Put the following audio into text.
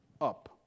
up